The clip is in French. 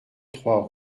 trois